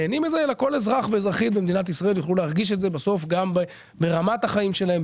אלא שכל אזרח ואזרחית במדינת ישראל יוכלו להרגיש את זה ברמת החיים שלהם,